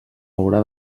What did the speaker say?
haurà